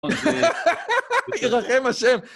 (צחוק) ירחם השם.